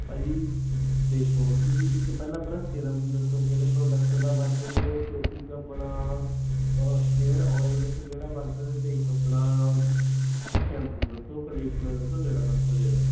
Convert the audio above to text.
ਭਾਅ ਜੀ ਦੇਖੋ ਤੁਸੀਂ ਇੱਕ ਪਹਿਲਾਂ ਪਹਿਲਾਂ ਸਿਰਮ ਦੱਸੋ ਕਿਹੜੇ ਪ੍ਰੋਡਕਟ ਦਾ ਵਰਤਦੇ ਹੋ ਤੇ ਇੱਕ ਆਪਣਾ ਹੇਅਰ ਆਇਲ ਦੱਸੋ ਕਿਹੜਾ ਵਰਤਦੇ ਤੇ ਇੱਕ ਆਪਣਾ ਸ਼ੈਪੂ ਦੱਸੋ ਕੰਡੀਸ਼ਨਲ ਦੱਸੋ ਕਿਹੜਾ ਵਰਤਦੇ ਹੋ